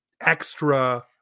extra